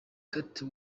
kate